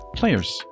players